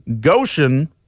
Goshen